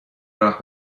راه